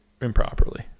improperly